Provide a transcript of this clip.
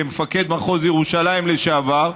כמפקד מחוז ירושלים לשעבר,